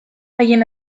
haien